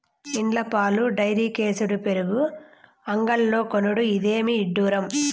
ఇండ్ల పాలు డైరీకేసుడు పెరుగు అంగడ్లో కొనుడు, ఇదేమి ఇడ్డూరం